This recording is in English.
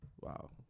wow